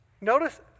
Notice